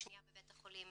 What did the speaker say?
השנייה בבית החולים